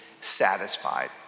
satisfied